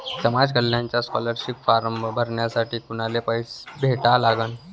समाज कल्याणचा scholarship form भरासाठी कुनाले भेटा लागन?